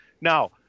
Now